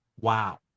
wow